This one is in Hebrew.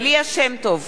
ליה שמטוב,